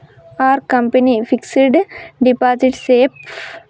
Are company fixed deposit safe?